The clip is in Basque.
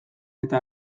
eta